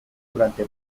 durante